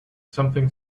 something